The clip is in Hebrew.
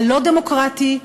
הלא-דמוקרטי,